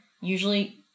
usually